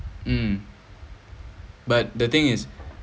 mm but the thing is